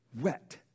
wet